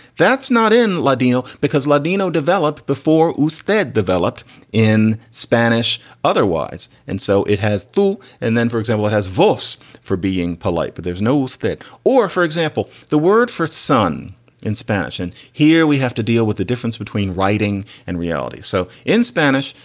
that's not in ladino because ladino developed before oostende developed in spanish otherwise. and so it has to. and then, for example, it has voice for being polite, but there's no use that or for example, the word facon in spanish. and here we have to deal with the difference between writing and reality. so in spanish,